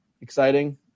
Exciting